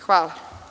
Hvala.